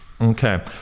okay